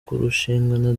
kurushingana